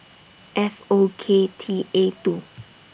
F O K T A two